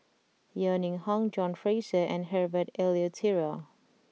Yeo Ning Hong John Fraser and Herbert Eleuterio